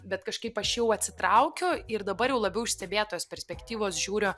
bet kažkaip aš jau atsitraukiu ir dabar jau labiau iš stebėtojos perspektyvos žiūriu